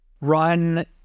run